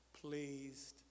pleased